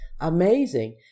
amazing